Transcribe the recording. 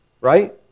Right